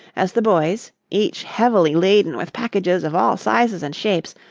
as the boys, each heavily laden with packages of all sizes and shapes,